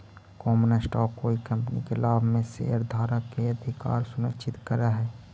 common stock कोई company के लाभ में शेयरधारक के अधिकार सुनिश्चित करऽ हई